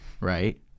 right